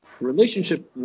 relationship